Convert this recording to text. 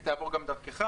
היא תעבור גם דרכך.